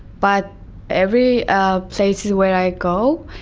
but every ah places where i go,